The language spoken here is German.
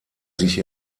sich